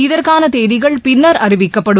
இதற்கானதேதிகள் பின்னர் அறிவிக்கப்படும்